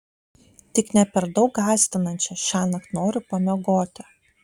tik ne per daug gąsdinančią šiąnakt noriu pamiegoti